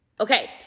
Okay